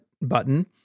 button